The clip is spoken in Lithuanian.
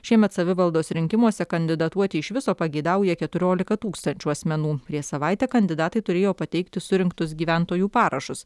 šiemet savivaldos rinkimuose kandidatuoti iš viso pageidauja keturiolika tūkstančių asmenų prieš savaitę kandidatai turėjo pateikti surinktus gyventojų parašus